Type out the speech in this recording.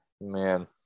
man